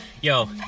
Yo